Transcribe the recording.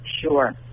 Sure